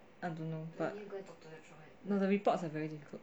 I don't know but the reports are very difficult